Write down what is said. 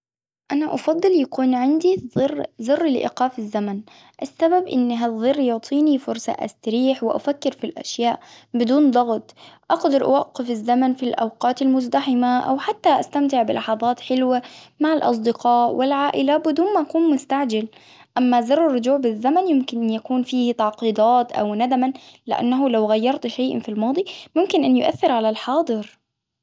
أنا أفضل يكون عندي زر زر لإيقاف الزمن، السبب إن هالزر يعطيني فرصة أستريح وأفكر في الأشياء بدون ضغط. ، أقدر أوقف الزمن في الأوقات المزدحمة ، أو حتى أستمتع بلحظات حلوة مع الأصدقاء والعائلة بدون ما أكون مستعجل، أما زر الرجوع بالزمن يمكن يكون فيه تعقيدات أو ندما لأنه لو غيرت شيء في الماضي ممكن أن يؤثر على الحاضر.